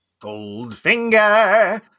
Goldfinger